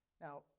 Now